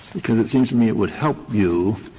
because it seems to me it would help you